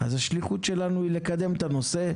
אז השליחות שלנו היא לקדם את הנושא,